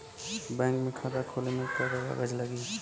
Bank में खाता खोले मे का का कागज लागी?